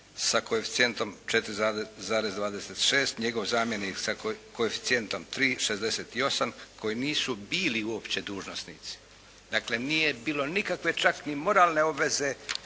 sa koeficijentom 4,26, njegov zamjenik sa koeficijentom 3,68 koji nisu bili uopće dužnosnici. Dakle, nije bilo nikakve čak ni moralne obveze